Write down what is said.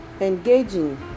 engaging